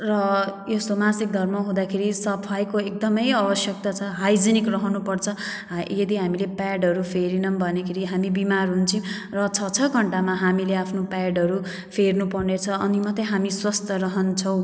र यस्तो मासिक धर्म हुँदाखेरि सफाइको एकदमै आवश्यकता छ हाइजेनिक रहनुपर्छ ए यदि हामीले प्याडहरू फेरेनौँ भनेखेरि हामी बिमार हुन्छौँ र छ छ घन्टामा हामीले आफ्नो प्याडहरू फेर्नुपर्नेछ अनि मात्रै हामी स्वस्थ रहन्छौँ